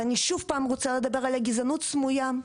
ואני שוב פעם רוצה לדבר על גזענות סמויה,